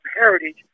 heritage